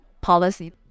policy